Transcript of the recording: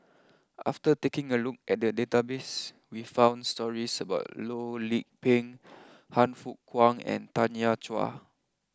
after taking a look at the database we found stories about Loh Lik Peng Han Fook Kwang and Tanya Chua